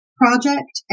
project